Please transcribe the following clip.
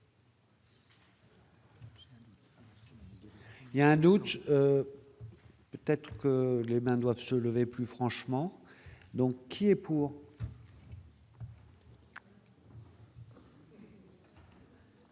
Il y a un doute, peut-être que les mains doivent se lever plus franchement, donc qui est pour.